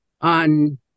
on